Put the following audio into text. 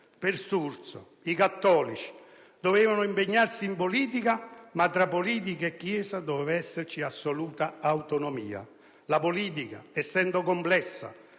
Per Sturzo i cattolici dovevano impegnarsi in politica, ma tra politica e Chiesa doveva esserci assoluta autonomia. [**Presidenza